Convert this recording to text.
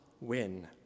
win